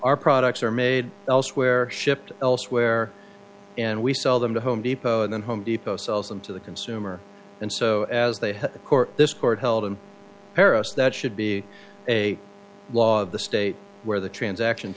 our products are made elsewhere shipped elsewhere and we sell them to home depot and then home depot sells them to the consumer and so as they have a court this court held in paris that should be a law of the state where the transaction